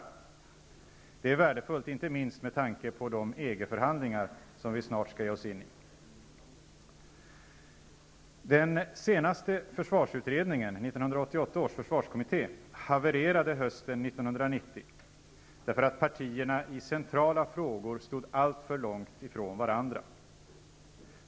Det är värdefullt inte minst med tanke på de EG-förhandlingar som vi snart ska ge oss in i. Den senaste försvarsutredningen, 1988 års försvarskommitté, havererade hösten 1990, därför att partierna i centrala frågor stod alltför långt ifrån varandra.